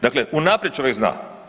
Dakle, unaprijed čovjek zna.